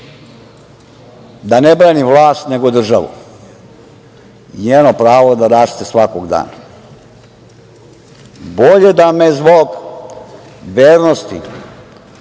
da ne branim vlast nego državu i njeno pravo da raste svakog dana. Bolje da me zbog vernosti